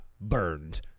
burned